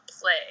play